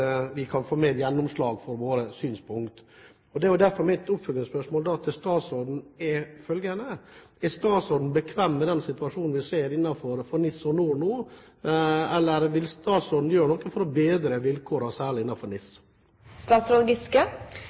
mer gjennomslag for våre synspunkt. Derfor er mitt oppfølgingsspørsmål til statsråden følgende: Er statsråden bekvem med den situasjonen vi ser innenfor NIS og NOR nå, og vil statsråden gjøre noe for å bedre vilkårene, særlig